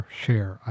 share